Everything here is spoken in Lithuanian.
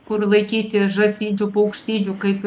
kur laikyti žąsidžių paukštidžių kaip